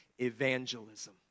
evangelism